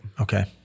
Okay